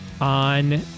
on